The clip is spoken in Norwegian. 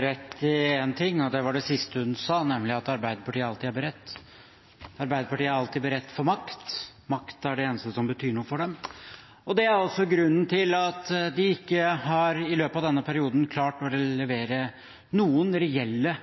rett i én ting, og det var det siste hun sa, nemlig at Arbeiderpartiet alltid er beredt. Arbeiderpartiet er alltid beredt for makt. Makt er det eneste som betyr noe for dem, og det er også grunnen til at de i løpet av denne perioden ikke har klart å levere noen reelle